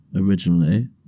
originally